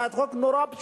זו הצעת חוק מאוד פשוטה: